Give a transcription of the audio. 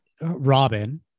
Robin